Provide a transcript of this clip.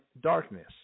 darkness